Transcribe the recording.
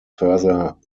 further